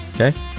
Okay